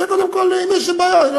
זה קודם כול, אם יש בעיה.